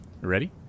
ready